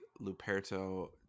Luperto